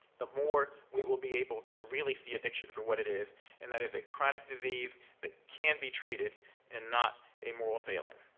the more we will be able to really see addiction for what it is and that is a chronic disease that can be treated and not a moral failing.